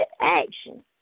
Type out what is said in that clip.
action